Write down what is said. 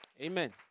Amen